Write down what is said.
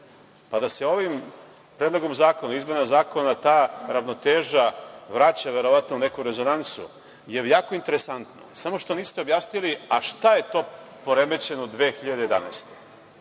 pa da se ovim predlogom zakona o izmenama zakona ta ravnoteža vraća, verovatno u neku rezonancu, je jako interesantna. Samo što niste objasnili šta je to poremećeno 2011.